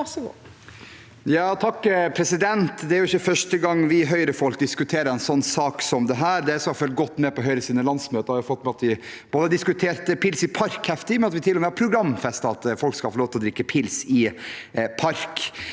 (H) Det er ikke førs- te gang vi Høyre-folk diskuterer en sånn sak som dette. De som har fulgt godt med på Høyres landsmøter, har fått med seg at vi har diskutert pils i park heftig, og at vi til og med har programfestet at folk skal få lov til å drikke pils i park.